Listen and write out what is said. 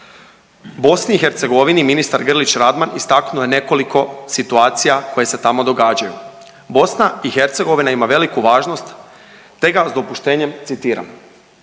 politika. BiH ministar Grlić Radman istaknuo je nekoliko situacija koje se tamo događaju. BiH ima veliku važnost te ga s dopuštenjem citiram,